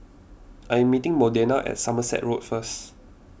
I am meeting Modena at Somerset Road first